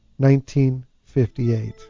1958